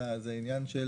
אלא זה עניין של